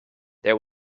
there